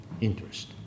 interest